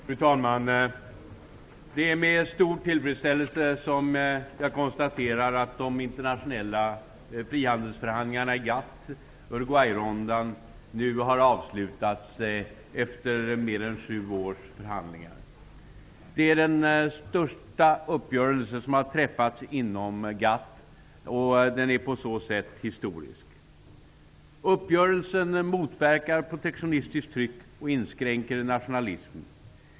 Fru talman! Det är med stor tillfredsställelse som jag konstaterar att de internationella frihandelsförhandlingarna i GATT/Uruguayrundan nu har avslutats, efter mer än sju års förhandlingar. Det är den största uppgörelse som har träffats inom GATT, och den är på så sätt historisk. Uppgörelsen motverkar protektionistiskt tryck och inskränker nationalism.